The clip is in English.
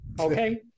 Okay